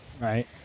Right